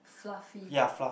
fluffy